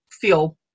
feel